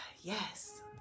Yes